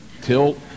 tilt